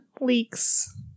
leaks